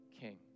king